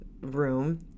room